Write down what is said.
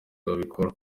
babikora